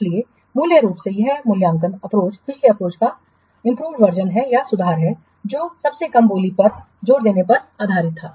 इसलिए मूल रूप से यह मूल्यांकन अप्रोच पिछले अप्रोच का सुधार है जो सबसे कम बोली पर जोर देने पर आधारित था